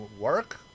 work